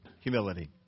Humility